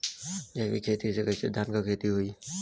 जैविक खेती से कईसे धान क खेती होई?